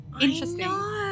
interesting